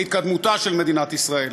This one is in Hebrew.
להתקדמותה של מדינת ישראל.